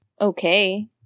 okay